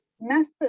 massive